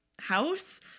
house